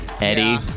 Eddie